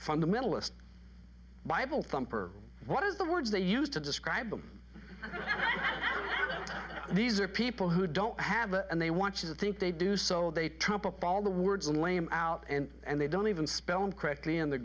fundamentalist bible thumper what is the words they used to describe these are people who don't have and they want you to think they do so they trump up all the words and lay him out and they don't even spell them correctly in the